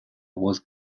walt